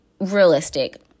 realistic